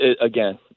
again –